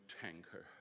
tanker